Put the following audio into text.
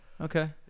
Okay